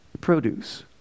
Produce